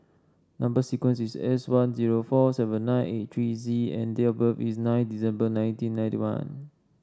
number sequence is S one zero four seven nine eight three Z and date of birth is nine December nineteen ninety one